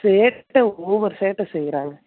சேட்டை ஓவர் சேட்டை செய்கிறான்